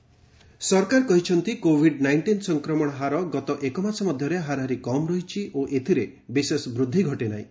Covid nineteen ଗଭ୍ ସରକାର କହିଛନ୍ତି କୋଭିଡ୍ ନାଇଷ୍ଟିନ୍ ସଂକ୍ରମଣ ହାର ଗତ ଏକ ମାସ ମଧ୍ୟରେ ହାରାହାରି କମ୍ ରହିଛି ଓ ଏଥିରେ ବିଶେଷ ବୃଦ୍ଧି ଘଟିନାହିଁ